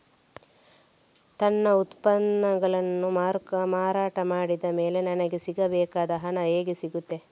ನನ್ನ ಉತ್ಪನ್ನಗಳನ್ನು ಮಾರಾಟ ಮಾಡಿದ ಮೇಲೆ ನನಗೆ ಸಿಗಬೇಕಾದ ಹಣ ಹೇಗೆ ಸಿಗುತ್ತದೆ?